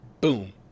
boom